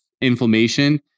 inflammation